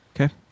Okay